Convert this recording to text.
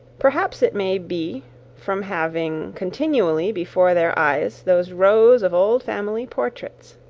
perhaps it may be from having continually before their eyes those rows of old family portraits,